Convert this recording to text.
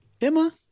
Emma